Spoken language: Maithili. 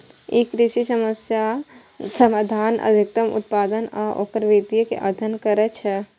ई कृषि समस्याक समाधान, अधिकतम उत्पादन आ ओकर वितरण के अध्ययन करै छै